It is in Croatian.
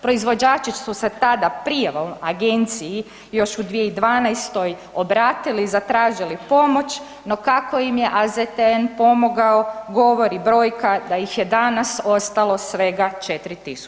Proizvođači su se tada prijavom agenciji još u 2012.-toj obratili i zatražili pomoć no kako im je AZTN pomogao govori brojka da ih je danas ostalo svega 4.000.